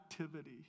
activity